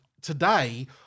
today